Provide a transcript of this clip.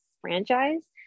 franchise